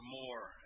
more